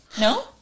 No